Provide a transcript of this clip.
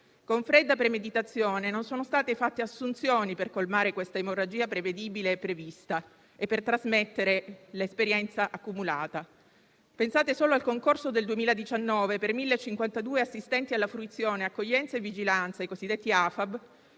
Con fredda premeditazione non sono state fatte assunzioni per colmare questa emorragia prevedibile e prevista e per trasmettere l'esperienza accumulata. Pensate solo al concorso del 2019 per 1052 assistenti alla fruizione, accoglienza e vigilanza (i cosiddetti AFAV),